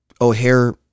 O'Hare